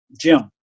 Jim